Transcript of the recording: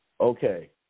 Okay